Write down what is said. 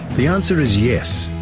the answer is yes,